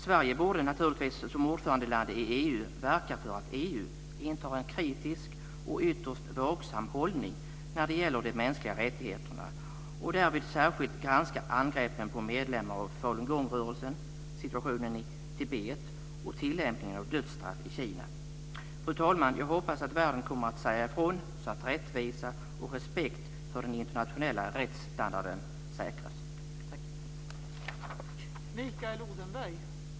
Sverige borde naturligtvis som ordförandeland i EU verka för att EU intar en kritisk och ytterst vaksam hållning när det gäller de mänskliga rättigheterna och därvid särskilt granskar angreppen på medlemmar av falungongrörelsen, situationen i Tibet och tillämpningen av dödsstraff i Kina. Fru talman! Jag hoppas att världen kommer att säga ifrån, så att rättvisa och respekt för den internationella rättsstandarden säkras.